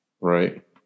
Right